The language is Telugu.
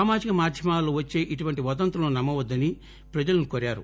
సామాజిక మాధ్యమాలలో వచ్చే ఇలాంటి వదంతులను నమ్మవద్దని ప్రజలను కోరారు